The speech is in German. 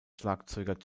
schlagzeuger